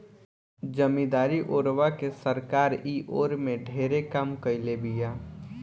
जमीदारी ओरवा के सरकार इ ओर में ढेरे काम कईले बिया